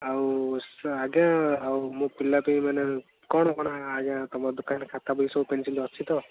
ଆଉ ଆଜ୍ଞା ଆଉ ମୋ ପିଲା ପାଇଁ ମାନେ କ'ଣ କ'ଣ ଆଜ୍ଞା ତୁମ ଦୋକାନରେ ଖାତା ବହି ସବୁ ପେନସିଲ୍ ଅଛି ତ